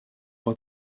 pas